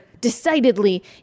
decidedly